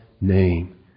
name